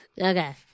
Okay